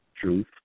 truth